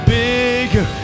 bigger